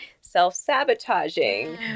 self-sabotaging